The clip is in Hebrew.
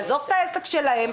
לעזוב את העסק שלהם,